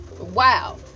Wow